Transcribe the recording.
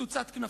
וקצוצת כנפיים.